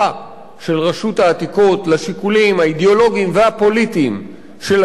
של רשות העתיקות לשיקולים האידיאולוגיים והפוליטיים של השלטון.